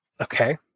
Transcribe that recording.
Okay